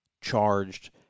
charged